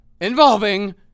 Involving